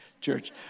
church